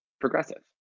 progressive